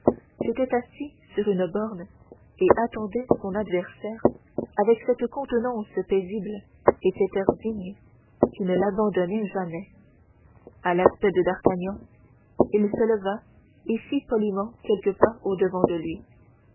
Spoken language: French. s'était assis sur une borne et attendait son adversaire avec cette contenance paisible et cet air digne qui ne l'abandonnaient jamais à l'aspect de d'artagnan il se leva et fit poliment quelques pas au-devant de lui